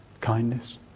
kindness